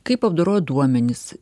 kaip apdoroja duomenis